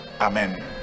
Amen